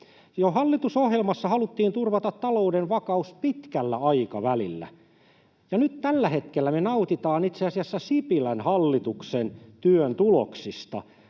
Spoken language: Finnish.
Jo hallitusohjelmassa haluttiin turvata talouden vakaus pitkällä aikavälillä. Nyt tällä hetkellä me nautitaan itse asiassa Sipilän hallituksen työn tuloksista.